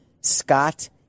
Scott